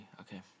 okay